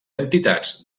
entitats